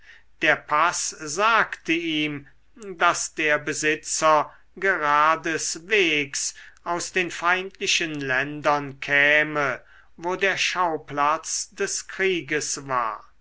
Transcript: der paß sagte ihm daß der besitzer geradeswegs aus den feindlichen ländern käme wo der schauplatz des krieges war